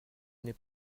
n’est